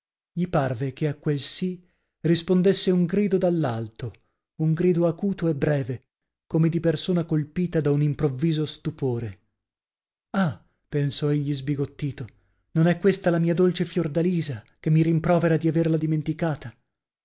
gli parve che a quel sì rispondesse un grido dall'alto un grido acuto e breve come di persona colpita da un improvviso stupore ah pensò egli sbigottito non è questa la mia dolce fiordalisa che mi rimprovera di averla dimenticata